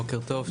בוקר טוב.